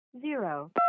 zero